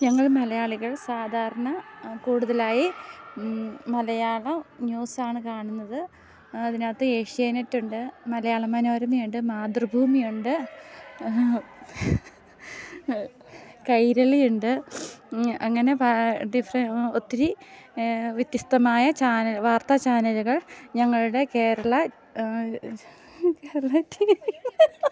ഞങ്ങൾ മലയാളികൾ സാധാരണ കൂടുതലായി മലയാളം ന്യൂസാണ് കാണുന്നത് അതിനകത്ത് ഏഷ്യനെറ്റുണ്ട് മലയാളമനോരമയുണ്ട് മാതൃഭൂമിയുണ്ട് കൈരളിയുണ്ട് അങ്ങനെ ഒത്തിരി വ്യത്യസ്തമായ ചാനൽ വാർത്താച്ചാനലുകൾ ഞങ്ങളുടെ കേരള കേരള ടി വി